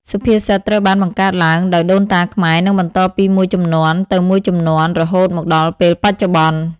សុភាសិតត្រូវបានបង្កើតឡើងដោយដូនតាខ្មែរ និងបន្តពីមួយជំនន់ទៅមួយជំនន់រហូតមកដល់ពេលបច្ចុប្បន្ន។